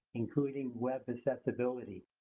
including web accessibility.